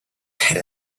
had